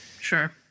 Sure